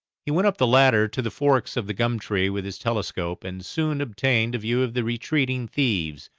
he went up the ladder to the forks of the gum tree with his telescope, and soon obtained a view of the retreating thieves,